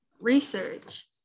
research